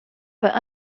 but